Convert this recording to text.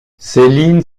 céline